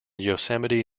yosemite